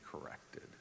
corrected